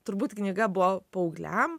turbūt knyga buvo paaugliam